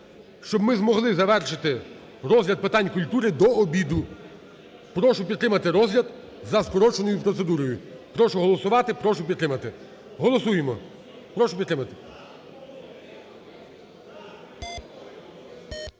щоб ми змогли завершити розгляд питань культури до обіду. Прошу підтримати розгляд за скороченою процедурою. Прошу голосувати, прошу підтримати. Голосуємо. Прошу підтримати.